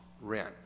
rent